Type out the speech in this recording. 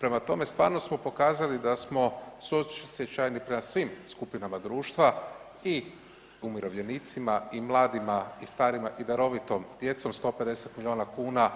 Prema tome, stvarno smo pokazali da smo suosjećajni prema svim skupinama društva i umirovljenicima i mladima i starima i darovitom djecom 150 milijuna kuna